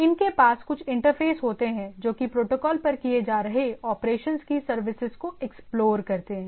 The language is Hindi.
इनके पास कुछ इंटरफ़ेस होते हैं जोकि प्रोटोकॉल पर किए जा रहे ऑपरेशंस की सर्विसेज को एक्सप्लोर करते हैं